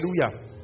Hallelujah